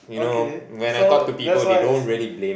okay so that's why it's